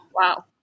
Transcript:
wow